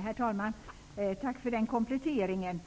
Herr talman! Tack för den kompletteringen.